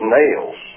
nails